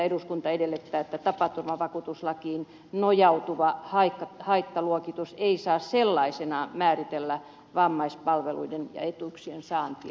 eduskunta edellyttää että tapaturmavakuutuslakiin nojautuva haittaluokitus ei saa sellaisenaan määritellä vammaispalveluiden ja etuuksien saantia